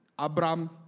Abraham